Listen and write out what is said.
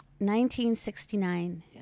1969